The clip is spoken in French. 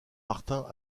martin